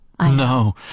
No